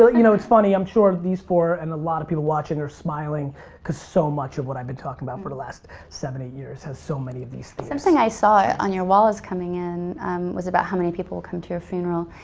you know it's funny, i'm sure these four and a lot of people watching are smiling cause so much of what i've been talking about for the last seven, eight years has so many of these themes. something i saw on your walls coming in was about how many people come to your funeral.